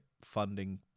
funding